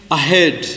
ahead